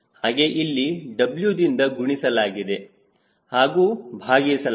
ಹಾಗೆ ಇಲ್ಲಿ W ದಿಂದ ಗುಣಿಸಲಾಗಿದೆ ಹಾಗೂ ಭಾಗಿಸಲಾಗಿದೆ